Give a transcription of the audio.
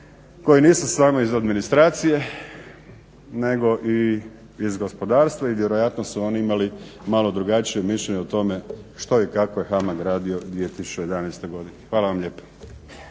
koji nisu samo iz administracije nego i iz gospodarstva i vjerojatno su oni imali malo drugačije mišljenje o tome što i kako je HAMAG radio u 2011. godini. Hvala vam lijepa